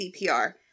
CPR